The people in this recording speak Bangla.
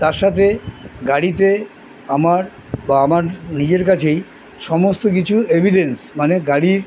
তার সাথে গাড়িতে আমার বা আমার নিজের কাছেই সমস্ত কিছু এভিডেন্স মানে গাড়ির